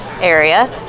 area